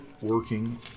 working